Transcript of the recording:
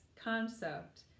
concept